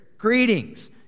Greetings